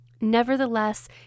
nevertheless